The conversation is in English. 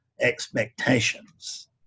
expectations